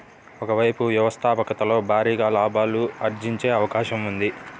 ఒక వైపు వ్యవస్థాపకతలో భారీగా లాభాలు ఆర్జించే అవకాశం ఉంది